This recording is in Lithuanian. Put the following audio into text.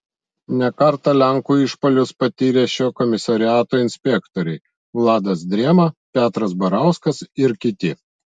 ne kartą lenkų išpuolius patyrė šio komisariato inspektoriai vladas drėma petras barauskas ir kiti